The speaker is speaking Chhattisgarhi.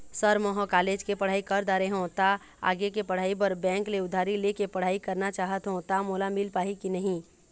सर म ह कॉलेज के पढ़ाई कर दारें हों ता आगे के पढ़ाई बर बैंक ले उधारी ले के पढ़ाई करना चाहत हों ता मोला मील पाही की नहीं?